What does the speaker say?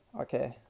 Okay